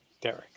Derek